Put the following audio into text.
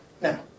Now